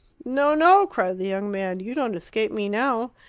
no! no! cried the young man. you don't escape me now.